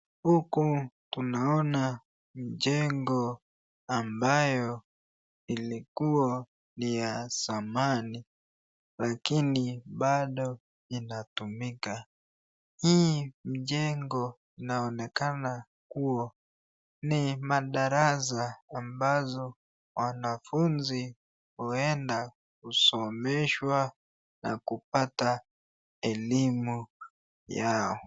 Huku tunaona mjengo ambayo ilikua ni ya zamani lakini bado inatumika, hii mjengo inaonekana kuwa ni madarasa ambao wanafunzi huweza kusomeshwa na kupata elimu yao.